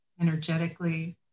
energetically